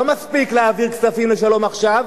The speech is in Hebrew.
לא מספיק להעביר כספים ל"שלום עכשיו",